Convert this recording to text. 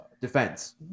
defense